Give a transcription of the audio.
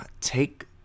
take